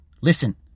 listen